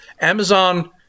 amazon